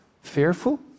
fearful